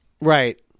Right